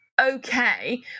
okay